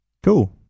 cool